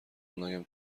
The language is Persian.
ملایم